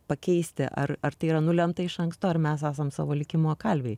pakeisti ar ar tai yra nulemta iš anksto ar mes esam savo likimo kalviai